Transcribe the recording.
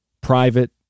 private